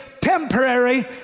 temporary